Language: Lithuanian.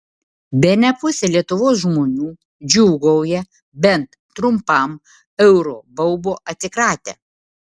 bene pusė lietuvos žmonių džiūgauja bent trumpam euro baubo atsikratę